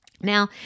Now